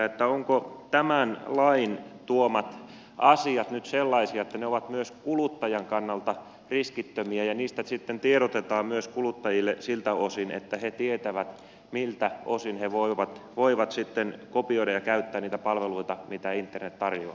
ovatko tämän lain tuomat asiat nyt sellaisia että ne ovat myös kuluttajan kannalta riskittömiä ja tiedotetaanko niistä sitten myös kuluttajille siltä osin että he tietävät miltä osin he voivat sitten kopioida ja käyttää niitä palveluita mitä internet tarjoaa